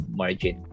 margin